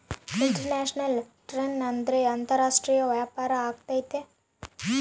international trade ಅಂದ್ರೆ ಅಂತಾರಾಷ್ಟ್ರೀಯ ವ್ಯಾಪಾರ ಆಗೈತೆ